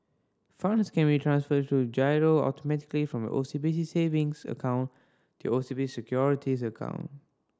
funds can be transferred through giro automatically from O C B C savings account to O C B C Securities account